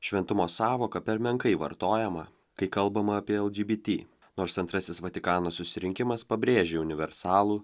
šventumo sąvoka per menkai vartojama kai kalbama apie lgbt nors antrasis vatikano susirinkimas pabrėžia universalų